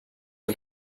and